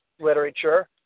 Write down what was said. literature